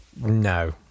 No